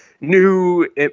new